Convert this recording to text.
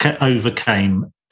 overcame